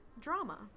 drama